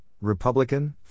Republican